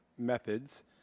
Methods